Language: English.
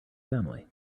family